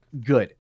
good